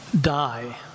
die